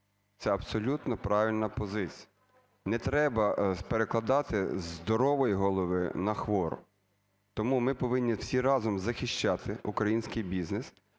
це абсолютно правильна позиція. Не треба перекладати з здорової голови на хвору. Тому ми повинні всі разом захищати український бізнес.